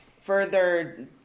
Further